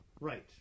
Right